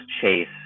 chase